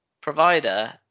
provider